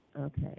Okay